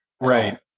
Right